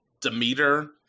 demeter